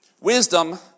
Wisdom